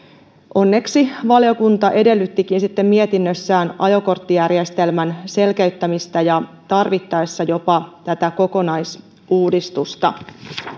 onneksi valiokunta edellyttikin sitten mietinnössään ajokorttijärjestelmän selkeyttämistä ja tarvittaessa jopa kokonaisuudistusta